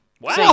Wow